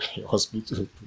hospital